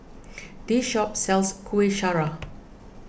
this shop sells Kuih Syara